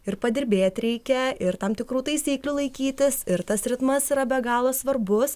ir padirbėt reikia ir tam tikrų taisyklių laikytis ir tas ritmas yra be galo svarbus